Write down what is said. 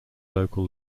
local